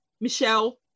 michelle